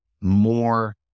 more